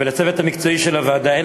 ולצוות המקצועי של הוועדה,